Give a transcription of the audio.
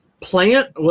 plant